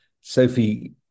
Sophie